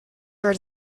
are